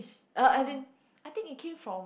uh as in I think it came from